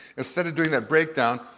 instead of doing that break down,